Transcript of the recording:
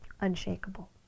unshakable